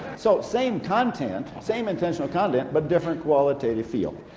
so, same content, same intentional content, but different qualitative feel.